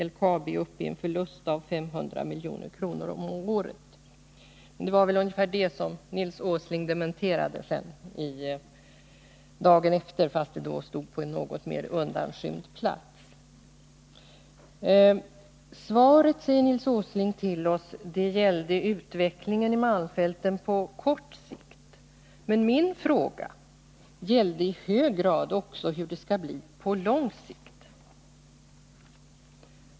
LKAB är uppe i en förlust av 500 milj.kr. om året. Det var väl detta som Nils Åsling dementerade dagen efter, fast det då stod på en mera undanskymd plats. Svaret, säger Nils Åsling till oss, gäller utvecklingen i malmfälten på kort sikt. Men min fråga gällde i hög grad också hur det skall bli på lång sikt.